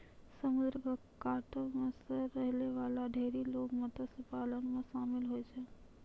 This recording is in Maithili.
समुद्र क कातो म रहै वाला ढेरी लोग मत्स्य पालन म शामिल होय छै